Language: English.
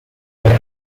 look